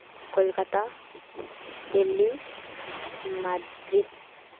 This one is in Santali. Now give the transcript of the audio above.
ᱠᱳᱞᱠᱟᱛᱟ ᱫᱤᱞᱞᱤ ᱢᱟᱫᱽᱨᱤᱫ